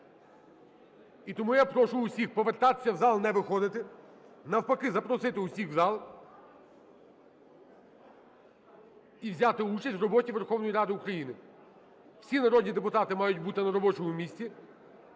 І тому я прошу усіх повертатися в зал, не виходити, навпаки запросити усіх в зал і взяти участь в роботі Верховної Ради України. Всі народні депутати мають бути на робочому місці.